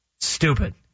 Stupid